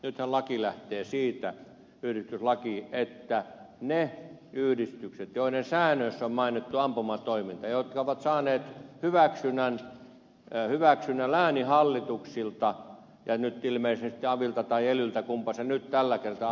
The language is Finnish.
nythän yhdistyslaki lähtee siitä että ne yhdistykset ovat ampumaseuroja joiden säännöissä on mainittu ampumatoiminta ja jotka ovat saaneet hyväksynnän lääninhallituksilta ja nyt ilmeisesti avilta tai elyltä kummalta se nyt tällä kertaa anotaan